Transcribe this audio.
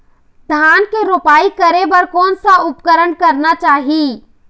धान के रोपाई करे बर कोन सा उपकरण करना चाही?